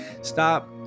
stop